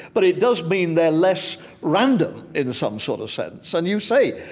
but it does mean they're less random in some sort of sense. and you say,